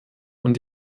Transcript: und